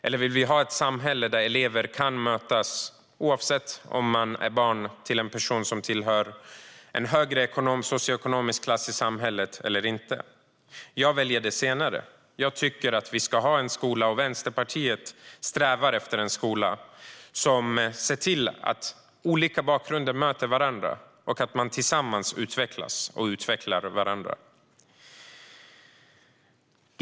Eller vill vi ha ett samhälle där elever kan mötas oavsett om man är barn till en person som tillhör en högre socioekonomisk klass i samhället eller inte? Jag väljer det senare. Jag och Vänsterpartiet strävar efter att vi ska en skola som ser till att barn med olika bakgrunder möts och att man utvecklas tillsammans och utvecklar varandra.